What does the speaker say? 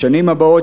בשנים הבאות,